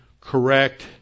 correct